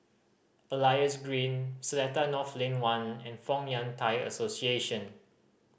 Elias Green Seletar North Lane One and Fong Yun Thai Association